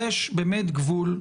יש גבול.